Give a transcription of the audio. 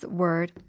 word